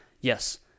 yes